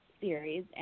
series